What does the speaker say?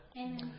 Amen